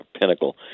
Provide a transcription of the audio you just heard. pinnacle